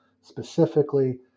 specifically